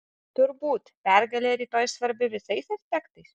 turbūt pergalė rytoj svarbi visais aspektais